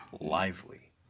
Lively